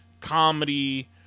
comedy